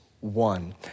one